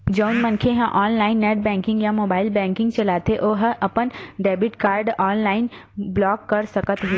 जउन मनखे ह ऑनलाईन नेट बेंकिंग या मोबाईल बेंकिंग चलाथे ओ ह अपन डेबिट कारड ऑनलाईन ब्लॉक कर सकत हे